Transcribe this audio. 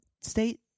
state